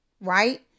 right